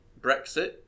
Brexit